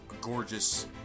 gorgeous